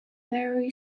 very